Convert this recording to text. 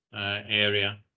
area